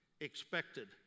expected